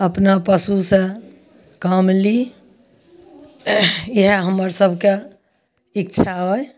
अपना पशुसँ काम ली इएह हमर सबके इच्छा अइ